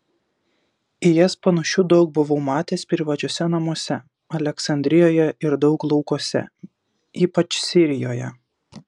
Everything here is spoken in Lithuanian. į jas panašių daug buvau matęs privačiuose namuose aleksandrijoje ir daug laukuose ypač sirijoje